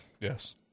yes